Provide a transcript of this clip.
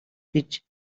гэж